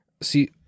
see